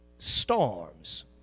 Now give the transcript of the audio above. storms